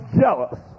jealous